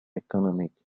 economic